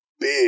big